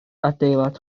adeilad